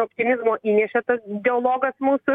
optimizmo įnešė tas dialogas mūsų